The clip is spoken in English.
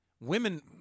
women